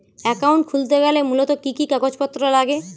Account খুলতে গেলে মূলত কি কি কাগজপত্র লাগে?